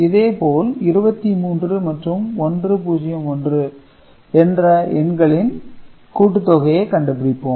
இதேபோல 23 மற்றும் 101 என்ற எண்களின் கூட்டுத்தொகையை கண்டுபிடிப்போம்